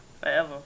Forever